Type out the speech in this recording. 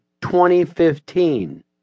2015